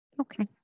Okay